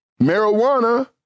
Marijuana